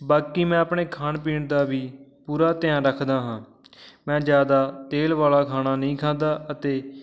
ਬਾਕੀ ਮੈਂ ਆਪਣੇ ਖਾਣ ਪੀਣ ਦਾ ਵੀ ਪੂਰਾ ਧਿਆਨ ਰੱਖਦਾ ਹਾਂ ਮੈਂ ਜ਼ਿਆਦਾ ਤੇਲ ਵਾਲਾ ਖਾਣਾ ਨਹੀਂ ਖਾਂਦਾ ਅਤੇ